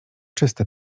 czyste